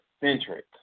centric